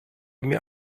mir